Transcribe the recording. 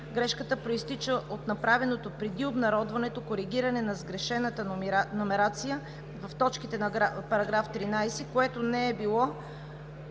Грешката произтича от направеното преди обнародването коригиране на сгрешената номерация в точките на § 13, което не е било